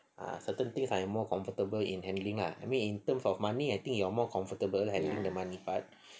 ah certain things I am more comfortable in handling lah I mean in terms of money I think you are more comfortable and you do the money part